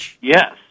Yes